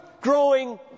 growing